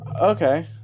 Okay